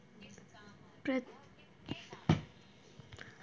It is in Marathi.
प्रत्येक देशाच्या सी.ए साठी वेगवेगळ्या प्रकारची परीक्षा ठेयली जाता